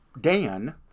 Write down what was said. Dan